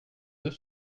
deux